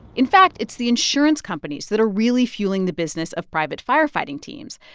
in fact, it's the insurance companies that are really fueling the business of private firefighting teams.